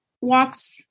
walks